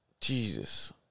Jesus